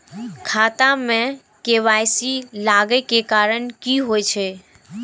खाता मे के.वाई.सी लागै के कारण की होय छै?